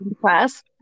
class